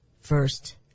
first